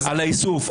על האיסוף,